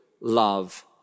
love